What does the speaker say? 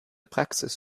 praxis